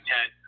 Ten